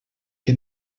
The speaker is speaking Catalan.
que